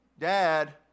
Dad